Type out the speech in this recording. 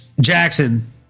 Jackson